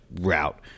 route